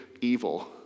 evil